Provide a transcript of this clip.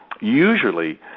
Usually